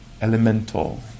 elemental